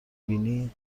بینی